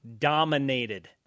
dominated